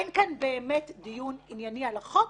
אין כאן באמת דיון ענייני על החוק,